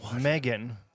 Megan